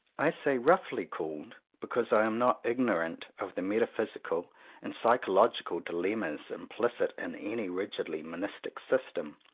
i say roughly called, because i am not ignorant of the metaphysi cal and psychological dilemmas implicit in any rigidly monistic system.